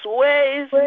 ways